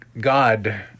God